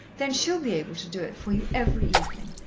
then she'll be able to do it for you every evening.